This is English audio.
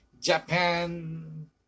Japan